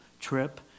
trip